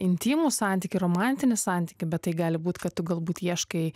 intymų santykį romantinį santykį bet tai gali būti kad tu galbūt ieškai